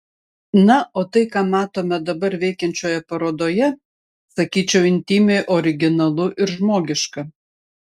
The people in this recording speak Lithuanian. na o tai ką matome dabar veikiančioje parodoje sakyčiau intymiai originalu ir žmogiška